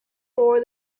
for